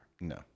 No